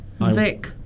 Vic